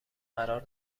قرار